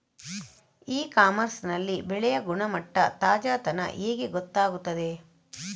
E commerce ನಲ್ಲಿ ಬೆಳೆಯ ಗುಣಮಟ್ಟ, ತಾಜಾತನ ಹೇಗೆ ಗೊತ್ತಾಗುತ್ತದೆ?